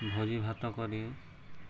ଭୋଜି ଭାତ କରି